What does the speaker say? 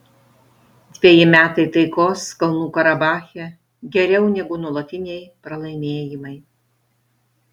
dveji metai taikos kalnų karabache geriau negu nuolatiniai pralaimėjimai